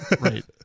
Right